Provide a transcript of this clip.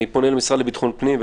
אני פונה למשרד לביטחון פנים,